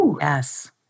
Yes